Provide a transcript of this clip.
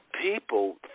people